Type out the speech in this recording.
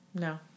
No